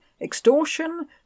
extortion